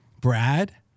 Brad